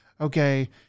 okay